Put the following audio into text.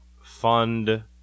fund